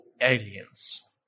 aliens